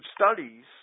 studies